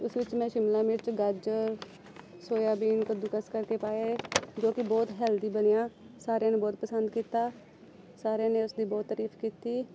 ਉਸ ਵਿੱਚ ਮੈਂ ਸ਼ਿਮਲਾ ਮਿਰਚ ਗਾਜਰ ਸੋਇਆਬੀਨ ਕੱਦੂਕਸ ਕਰਕੇ ਪਾਏ ਜੋ ਕਿ ਬਹੁਤ ਹੈਲਦੀ ਬਣਿਆ ਸਾਰਿਆਂ ਨੂੰ ਬਹੁਤ ਪਸੰਦ ਕੀਤਾ ਸਾਰਿਆਂ ਨੇ ਉਸਦੀ ਬਹੁਤ ਤਾਰੀਫ਼ ਕੀਤੀ